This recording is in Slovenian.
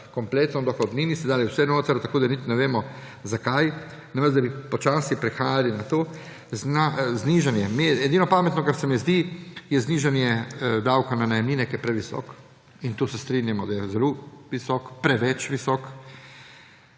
kompletno, ste dali vse notri, tako da niti ne vemo, zakaj, namesto da bi počasi prehajali na to. Edino pametno, kar se mi zdi, je znižanje davka na najemnine, ker je previsok in to se strinjamo, da je zelo visok, preveč visok.